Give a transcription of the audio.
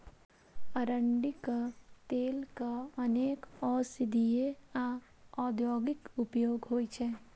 अरंडीक तेलक अनेक औषधीय आ औद्योगिक उपयोग होइ छै